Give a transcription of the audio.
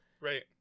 Right